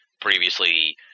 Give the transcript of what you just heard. previously